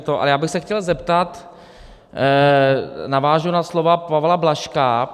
Ale já bych se chtěl zeptat navážu na slova Pavla Blažka.